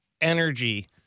energy